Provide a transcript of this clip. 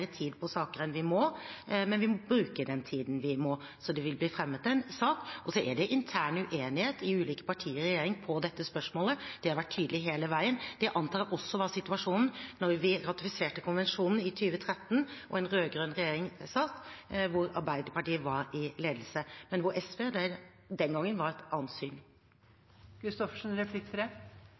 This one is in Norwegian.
tid på saker enn vi må, men vi må bruke den tiden vi må. Så det vil bli fremmet en sak. Så er det intern uenighet i ulike partier i regjeringen i dette spørsmålet. Det har vært tydelig hele veien. Det antar jeg også var situasjonen da vi ratifiserte konvensjonen i 2013, da det var en rød-grønn regjering som satt, hvor Arbeiderpartiet var i ledelse, men hvor SV den gangen var av et